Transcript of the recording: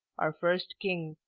our first king.